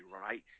right